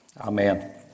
Amen